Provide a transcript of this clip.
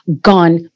gone